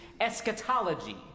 eschatology